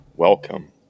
Welcome